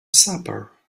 supper